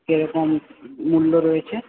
কিরকম মূল্য রয়েছে